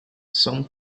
some